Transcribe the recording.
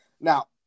Now